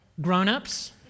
grown-ups